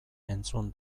entzun